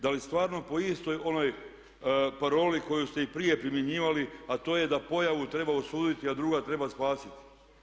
Da li stvarno po istoj onoj paroli koju ste i prije primjenjivali a to je da pojavu treba osuditi, a druga treba spasiti.